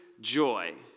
joy